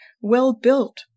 well-built